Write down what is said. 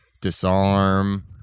Disarm